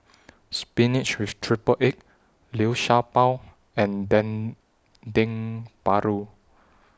Spinach with Triple Egg Liu Sha Bao and Dendeng Paru